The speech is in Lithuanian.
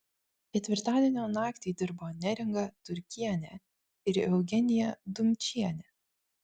ketvirtadienio naktį dirbo neringa turkienė ir eugenija dumčienė